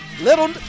Little